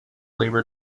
labor